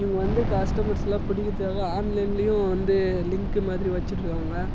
இவங்க வந்து கஷ்ட்டமர்ஸ்லாம் பிடிக்கிறதுக்காக ஆன்லைனலையும் வந்து லிங்க்கு மாதிரி வச்சிட்டுருக்குறாங்க